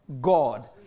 God